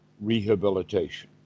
rehabilitation